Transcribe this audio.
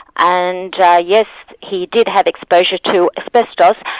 and yes he did have exposure to asbestos,